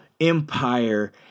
empire